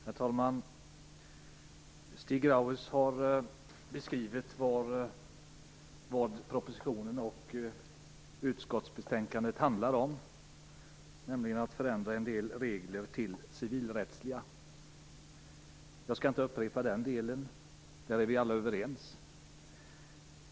Herr talman! Stig Grauers har beskrivit vad propositionen och utskottsbetänkandet handlar om, nämligen att förändra en del regler så att de blir civilrättsliga. Jag skall inte upprepa det som gäller den delen. Där är vi alla överens.